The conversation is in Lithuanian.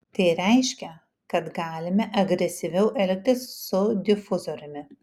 tai reiškia kad galime agresyviau elgtis su difuzoriumi